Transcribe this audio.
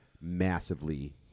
massively